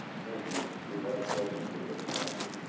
thank you mr. speaker i have a question for the sponsor